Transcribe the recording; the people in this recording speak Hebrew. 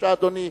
בבקשה, אדוני.